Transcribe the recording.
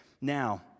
Now